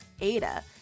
Ada